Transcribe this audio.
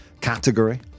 category